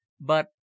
But